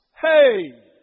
Hey